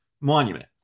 monument